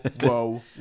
Whoa